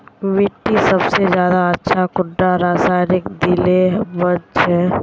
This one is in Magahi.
मिट्टी सबसे ज्यादा अच्छा कुंडा रासायनिक दिले बन छै?